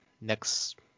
next